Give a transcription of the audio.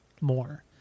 more